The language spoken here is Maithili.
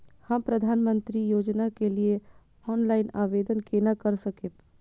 हम प्रधानमंत्री योजना के लिए ऑनलाइन आवेदन केना कर सकब?